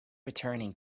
returning